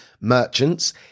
merchants